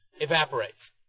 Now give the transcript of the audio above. evaporates